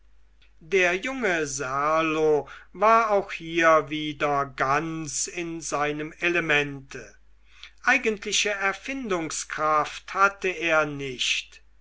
der junge serlo war auch hier wieder ganz in seinem elemente eigentliche erfindungskraft hatte er nicht